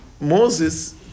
Moses